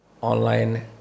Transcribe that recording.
online